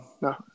No